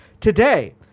Today